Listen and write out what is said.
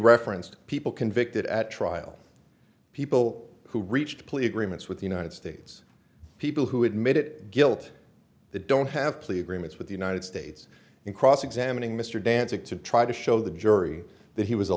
referenced people convicted at trial people who reached plea agreements with the united states people who had made it guilt that don't have plea agreements with the united states in cross examining mr dantzic to try to show the jury that he was a